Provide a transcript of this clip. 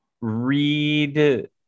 read